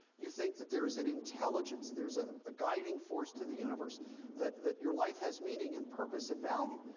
you think that there is an intelligence, there's ah a guiding force to the universe that that your life has meaning and purpose and value.